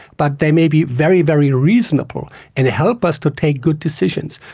but they may be very, very reasonable and help us to take good decisions.